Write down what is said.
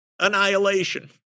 annihilation